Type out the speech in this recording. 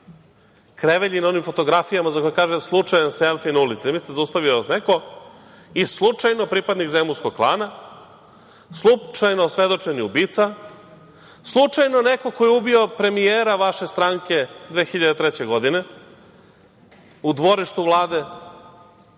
krevelji na onim fotografijama, gde kaže – slučajan selfi na ulici. Zamislite, zaustavio vas neko i slučajno baš pripadnik zemunskog klana, slučajno osvedočeni ubica, slučajno neko ko je ubio premijera vaše stranke 2003. godine u dvorištu Vlade.